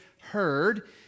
heard